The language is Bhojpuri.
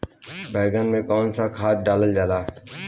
बैंगन में कवन सा खाद डालल जाला?